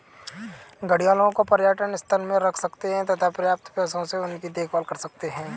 घड़ियालों को पर्यटन स्थल में रख सकते हैं तथा प्राप्त पैसों से उनकी देखभाल कर सकते है